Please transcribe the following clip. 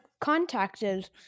contacted